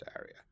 area